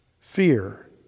fear